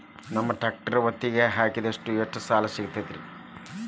ನಮ್ಮ ಟ್ರ್ಯಾಕ್ಟರ್ ಒತ್ತಿಗೆ ಹಾಕಿದ್ರ ಎಷ್ಟ ಸಾಲ ಸಿಗತೈತ್ರಿ?